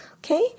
Okay